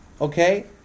okay